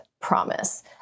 promise